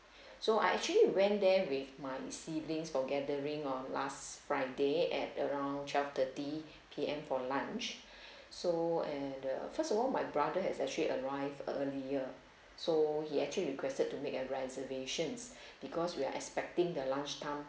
so I actually went there with my siblings for gathering on last friday at around twelve thirty P_M for lunch so and the first of all my brother has actually arrived earlier so he actually requested to make a reservation because we are expecting the lunch time